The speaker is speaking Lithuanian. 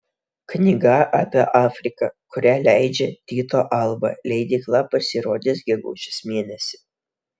knyga apie afriką kurią leidžia tyto alba leidykla pasirodys gegužės mėnesį